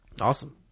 Awesome